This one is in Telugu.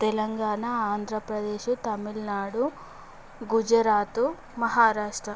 తెలంగాణ ఆంధ్రప్రదేశ్ తమిళనాడు గుజరాత మహారాష్ట్ర